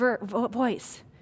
voice